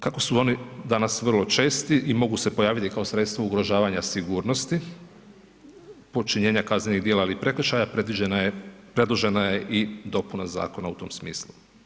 Kako su oni danas vrlo česti i mogu se pojaviti kao sredstvo ugrožavanja sigurnosti počinjenja kaznenih djela ili prekršaja, predložena je i dopuna zakona i tom smislu.